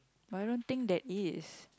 but I don't think there is